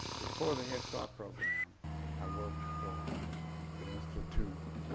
before the head start program i worked for the institute,